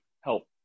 help